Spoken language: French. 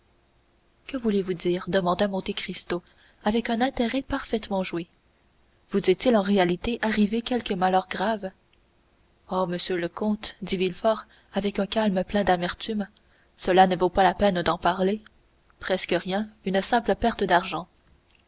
que voulez-vous dire demanda monte cristo avec un intérêt parfaitement joué vous est-il en réalité arrivé quelque malheur grave oh monsieur le comte dit villefort avec un calme plein d'amertume cela ne vaut pas la peine d'en parler presque rien une simple perte d'argent